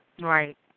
Right